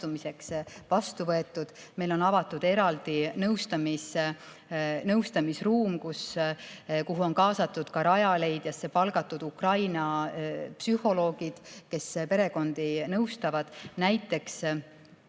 vastu võetud. Meil on avatud eraldi nõustamisruum, kuhu on kaasatud ka Rajaleidja palgatud Ukraina psühholoogid, kes perekondi nõustavad. Näiteks